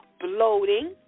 bloating